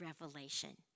Revelation